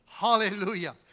Hallelujah